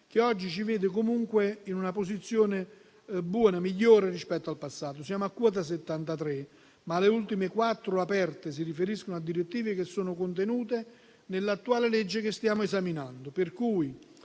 che oggi ci vede comunque in una posizione buona, migliore rispetto al passato: siamo a quota 73, ma le ultime quattro aperte si riferiscono a direttive contenute nell'attuale legge che stiamo esaminando